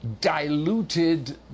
diluted